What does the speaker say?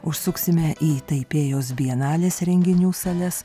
užsuksime į taipėjaus bienalės renginių sales